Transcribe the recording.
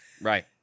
Right